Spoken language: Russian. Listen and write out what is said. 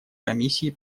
комиссии